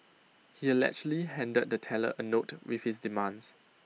he allegedly handed the teller A note with his demands